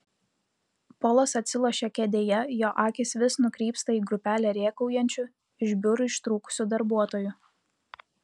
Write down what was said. polas atsilošia kėdėje jo akys vis nukrypsta į grupelę rėkaujančių iš biurų ištrūkusių darbuotojų